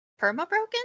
perma-broken